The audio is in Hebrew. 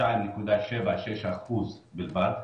2.76% בלבד.